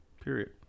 Period